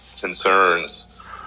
concerns